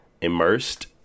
immersed